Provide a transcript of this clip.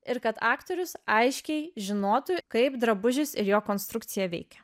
ir kad aktorius aiškiai žinotų kaip drabužis ir jo konstrukcija veikia